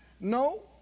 No